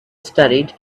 studied